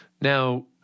Now